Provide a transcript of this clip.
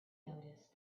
noticed